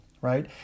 right